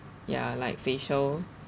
ya like facial